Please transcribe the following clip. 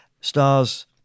Stars